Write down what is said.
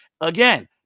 Again